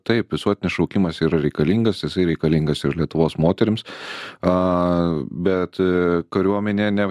taip visuotinis šaukimas yra reikalingas jisai reikalingas ir lietuvos moterims a bet ė kariuomenė ne